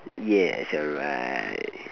yes you're right